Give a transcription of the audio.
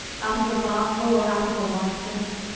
out of the barnfloor, or out of the winepress?